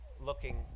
looking